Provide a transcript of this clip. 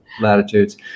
latitudes